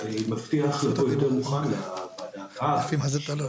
אני מבטיח להיות ולהגיע הרבה יותר מוכן לדיון הוועדה הבא כשזה יתקיים.